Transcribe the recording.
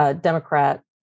Democrat